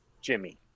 Jimmy